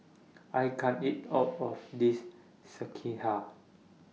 I can't eat All of This Sekihan